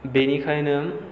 बेनिखायनो